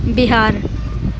Bihar